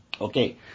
Okay